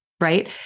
right